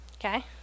Okay